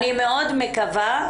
אני מאוד מקווה,